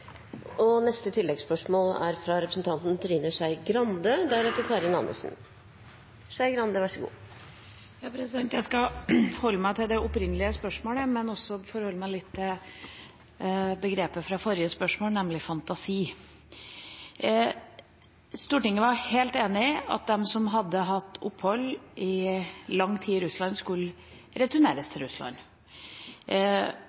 Trine Skei Grande – til oppfølgingsspørsmål. Jeg skal holde meg til det opprinnelige spørsmålet, men også forholde meg litt til begrepet fra forrige spørsmål, nemlig «fantasi». Stortinget var helt enig i at de som hadde hatt opphold i lang tid i Russland, skulle returneres